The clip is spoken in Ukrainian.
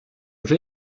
вже